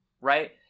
right